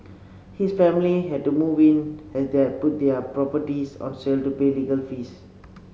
his family had to move in as they had put their other properties on sale to pay legal fees